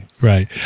right